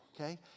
Okay